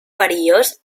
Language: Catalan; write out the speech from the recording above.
perillós